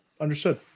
Understood